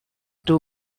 too